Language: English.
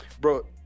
bro